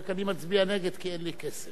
רק אני מצביע נגד כי אין לי כסף.